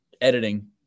editing